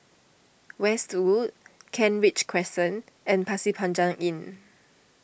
Westwood Kent Ridge Crescent and Pasir Panjang Inn